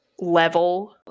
level